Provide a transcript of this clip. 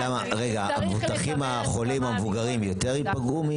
רגע, המבוטחים החולים, המבוגרים, יותר ייפגעו?